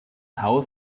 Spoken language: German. haus